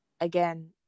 again